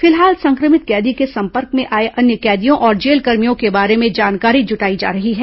फिलहाल संक्रमित कैदी के संपर्क में आए अन्य कैदियों और जेलकर्मियों के बारे में जानकारी जुटाई जा रही है